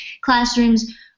classrooms